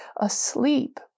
asleep